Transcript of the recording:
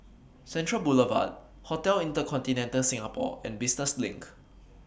Central Boulevard Hotel InterContinental Singapore and Business LINK